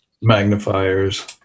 magnifiers